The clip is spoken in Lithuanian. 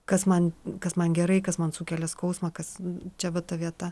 kas man kas man gerai kas man sukelia skausmą kas čia va ta vieta